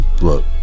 Look